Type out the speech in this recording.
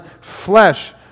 flesh